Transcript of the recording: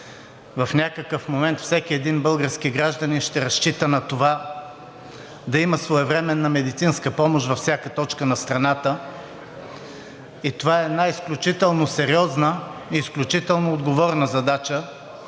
в някакъв момент всеки един български гражданин ще разчита на това да има своевременна медицинска помощ във всяка точка на страната. Това е изключително сериозна и изключително отговорна задача,